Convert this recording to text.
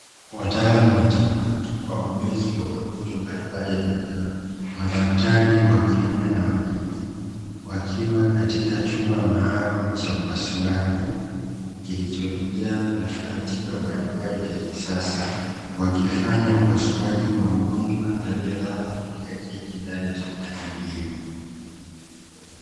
Wataalamu wa tiba, wabobezi wa magonjwa mbalimbali ya binadamu. Madaktari wa kiume na wa kike, wakiwa katika chumba maalumu cha upasuaji, kilichojaa vifaa tiba mbalimbali vya kisasa, wakifanya upasuaji kwa mgonjwa aliyelala katika kiti ndani ya hospitali hiyo.